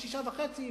ו-6.5%,